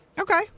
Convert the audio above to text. Okay